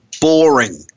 boring